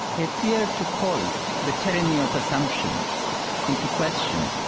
if we are to call the tyranny of assumptions into question,